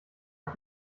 auf